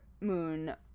moon